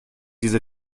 diese